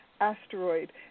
asteroid